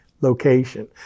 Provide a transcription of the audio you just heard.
location